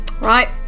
Right